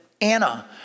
Anna